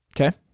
Okay